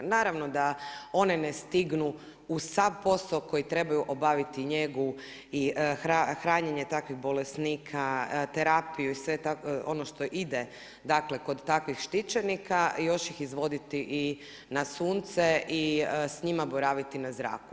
Naravno da one ne stignu u sav posao koji trebaju obaviti njegu i hranjenje takvih bolesnika, terapiju i sve ono što ide kod takvih štićenika još ih izvoditi i na sunce i s njima boraviti na zraku.